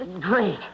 great